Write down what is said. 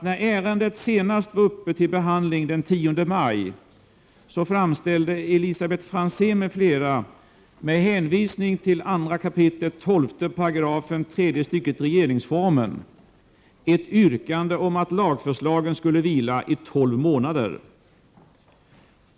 När ärendet senast var uppe till behandling, den 10 maj, framställde Elisabet Franzén m.fl., med hänvisning till 2 kap. 12§ tredje stycket regeringsformen, yrkande om att lagförslagen skulle vila i 12 månader.